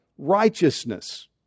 righteousness